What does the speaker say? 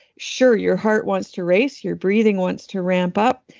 sure, your heart wants to race. your breathing wants to ramp up.